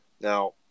Now